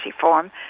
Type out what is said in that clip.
form